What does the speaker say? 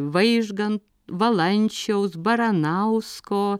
vaižgan valančiaus baranausko